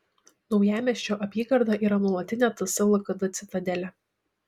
naujamiesčio apygarda yra nuolatinė ts lkd citadelė